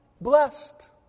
blessed